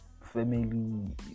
family